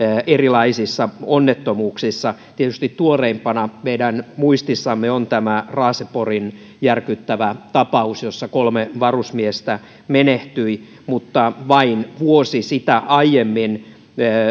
erilaisissa onnettomuuksissa tietysti tuoreimpana meidän muistissamme on tämä raaseporin järkyttävä tapaus jossa kolme varusmiestä menehtyi mutta vain vuosi sitä aiemmin